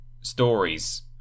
stories